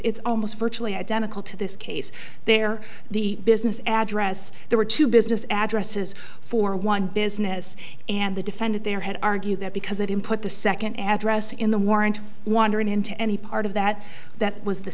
it's almost virtually identical to this case there the business address there were two business addresses for one business and the defendant there had argue that because that import the second address in the warrant wandering into any part of that that was the